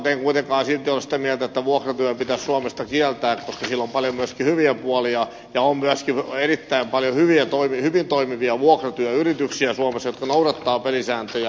en kuitenkaan silti ole sitä mieltä että vuokratyö pitäisi suomesta kieltää koska sillä on paljon myöskin hyviä puolia ja on myöskin erittäin paljon hyvin toimivia vuokratyöyrityksiä suomessa jotka noudattavat pelisääntöjä